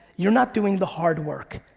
you're not doing the hard work.